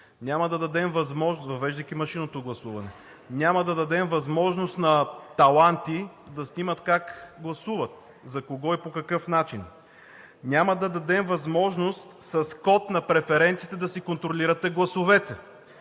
манипулация на изборите, въвеждайки машинното гласуване. Няма да дадем възможност на „таланти“ да снимат как гласуват, за кого и по какъв начин. Няма да дадем възможност с код на преференциите да си контролирате гласовете.